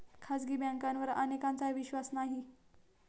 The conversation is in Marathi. खाजगी बँकांवर अनेकांचा विश्वास नाही